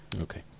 okay